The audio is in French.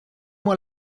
moi